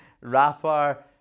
rapper